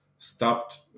stopped